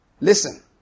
Listen